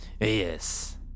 Yes